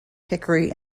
hickory